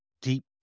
deep